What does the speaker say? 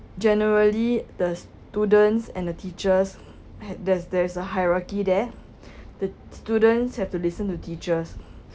generally the students and the teachers had there there's a hierarchy there the students have to listen to teachers